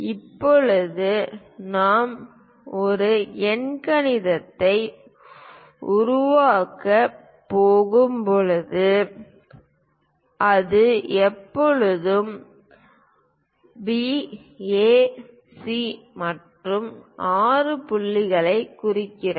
இப்போது நாம் ஒரு எண்கோணத்தை உருவாக்கப் போகும்போது அது எப்போதும் B A C மற்றும் 6 புள்ளிகளைக் குறிக்கிறது